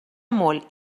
molt